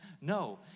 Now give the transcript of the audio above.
No